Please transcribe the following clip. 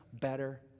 better